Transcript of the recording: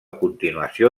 continuació